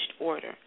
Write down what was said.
order